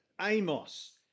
Amos